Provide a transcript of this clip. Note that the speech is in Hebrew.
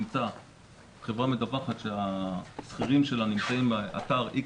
חברה מדווחת שהשכירים שלה נמצאים באתר X,